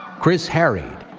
chris harried.